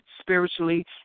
spiritually